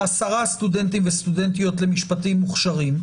עשרה סטודנטים וסטודנטיות מוכשרים למשפטים,